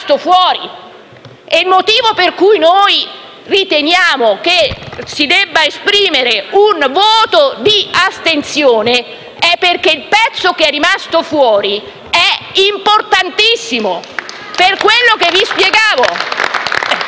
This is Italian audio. il motivo per cui noi riteniamo che si debba esprimere un voto di astensione è perché il pezzo che è rimasto fuori è importantissimo